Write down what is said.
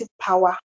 power